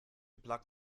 plug